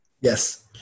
Yes